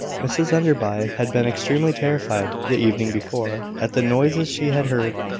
mrs enderby had been extremely terrified, the evening before, at the noises she had heard,